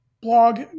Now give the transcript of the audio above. blog